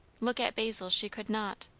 look at basil she could not.